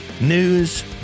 news